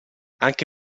anche